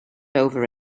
over